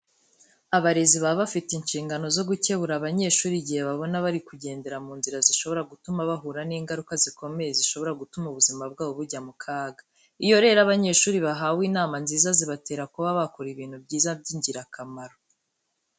Abarezi baba bafite inshingano zo gukebura abanyeshuri igihe babona bari kugendera mu nzira zishobora gutuma bahura n'ingaruka zikomeye zishobora gutuma ubuzima bwabo bujya mu kaga. Iyo rero abanyeshuri bahawe inama nziza zibatera kuba bakora ibintu byiza by'ingirakamaro.